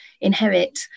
inherit